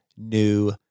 new